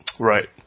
Right